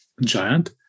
giant